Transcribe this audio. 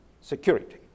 security